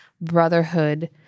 brotherhood